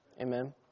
Amen